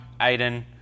Aiden